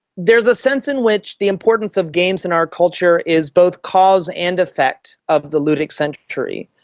there's a sense in which the importance of games in our culture is both cause and effect of the ludic century,